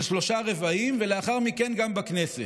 של שלושה רבעים, ולאחר מכן גם בכנסת.